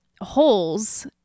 holes